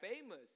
famous